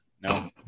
No